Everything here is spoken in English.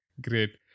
Great